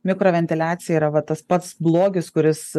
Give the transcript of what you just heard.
mikroventiliacija yra va tas pats blogis kuris